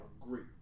great